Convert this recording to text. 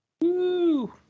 Woo